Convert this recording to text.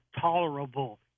tolerable